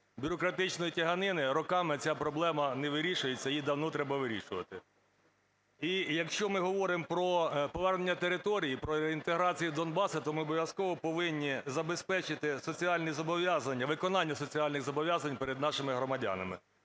бюрократичної тяганини роками ця проблема не вирішується. Її давно треба вирішувати. І якщо ми говоримо про повернення територій, про реінтеграцію Донбасу, то ми обов'язково повинні забезпечити соціальні зобов'язання, виконання соціальних зобов'язань перед нашими громадянами.